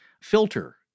filter